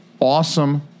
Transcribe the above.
awesome